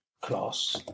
Class